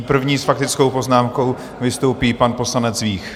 První s faktickou poznámkou vystoupí pan poslanec Vích.